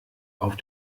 auf